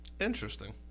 interesting